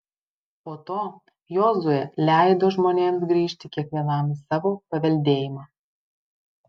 po to jozuė leido žmonėms grįžti kiekvienam į savo paveldėjimą